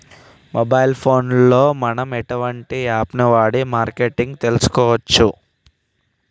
Mobile phone లో మనం ఎలాంటి యాప్ వాడి మార్కెటింగ్ తెలుసుకోవచ్చు?